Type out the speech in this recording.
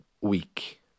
week